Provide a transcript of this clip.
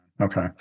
Okay